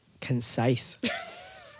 Concise